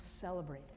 celebrate